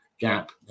gap